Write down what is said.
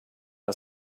had